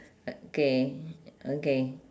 okay okay